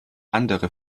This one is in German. andere